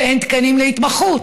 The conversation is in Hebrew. ואין תקנים להתמחות,